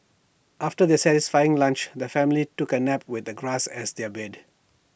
after their satisfying lunch the family took A nap with the grass as their bed